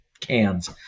cans